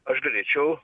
aš galėčiau